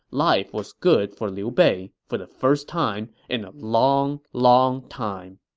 life was good for liu bei, for the first time in a long, long time